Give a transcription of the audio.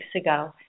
ago